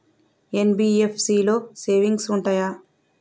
NBFC లో savings ఉంటయా?